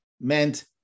meant